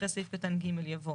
אחרי סעיף קטן (ג) יבוא: